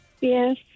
Yes